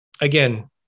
again